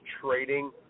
trading